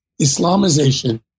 Islamization